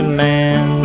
man